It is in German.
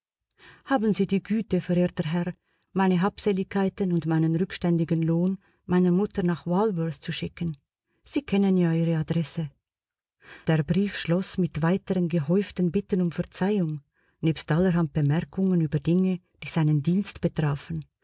haben sie die güte verehrter herr meine habseligkeiten und meinen rückständigen lohn meiner mutter nach walworth zu schicken sie kennen ja ihre adresse der brief schloß mit weiteren gehäuften bitten um verzeihung nebst allerhand bemerkungen über dinge die seinen dienst betrafen